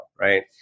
right